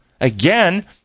Again